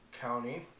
County